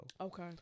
Okay